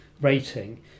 rating